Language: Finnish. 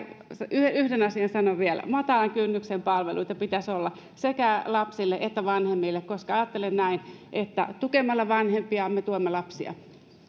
yhden asian sanon vielä matalan kynnyksen palveluita pitäisi olla sekä lapsille että vanhemmille koska ajattelen niin että tukemalla vanhempia me tuemme lapsia